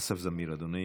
אסף זמיר, אדוני